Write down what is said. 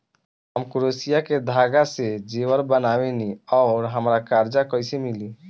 हम क्रोशिया के धागा से जेवर बनावेनी और हमरा कर्जा कइसे मिली?